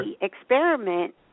experiment